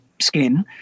skin